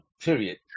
Period